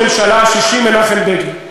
ראש הממשלה השישי, מנחם בגין.